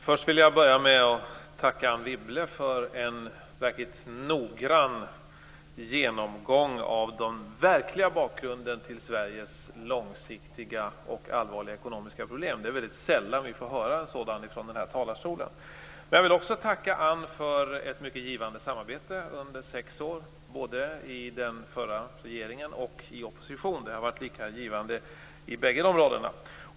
Fru talman! Jag vill börja med att tacka Anne Wibble för en verkligt noggrann genomgång av den verkliga bakgrunden till Sveriges långsiktiga och allvarliga ekonomiska problem. Det är mycket sällan vi får höra en sådan från den här talarstolen. Men jag vill också tacka Anne för ett mycket givande samarbete under sex år, både i den förra regeringen och i opposition. Det har varit lika givande i båda de rollerna.